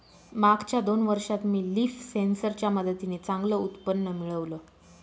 मागच्या दोन वर्षात मी लीफ सेन्सर च्या मदतीने चांगलं उत्पन्न मिळवलं